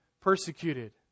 persecuted